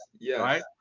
yes